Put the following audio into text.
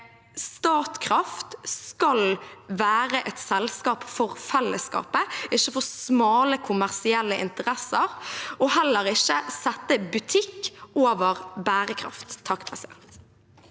Statkraft skal være et selskap for fellesskapet, ikke for smale kommersielle interesser, og de skal heller ikke sette butikk over bærekraft. Heidi Greni hadde